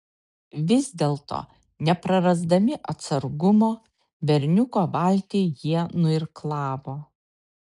vis dėlto neprarasdami atsargumo berniuko valtį jie nuirklavo